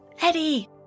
Eddie